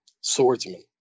Swordsman